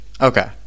Okay